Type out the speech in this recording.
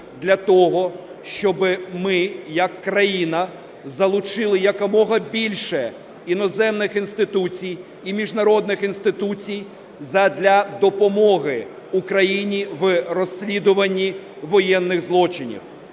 для того, щоб ми як країна залучили якомога більше іноземних інституцій і міжнародних інституцій задля допомоги Україні в розслідування воєнних злочинів.